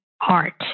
art